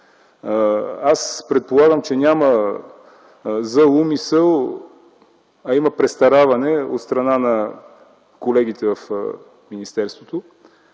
Предполагам, че няма зла умисъл, а има престараване от страна на колегите от министерството.